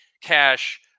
cash